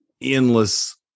endless